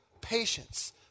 patience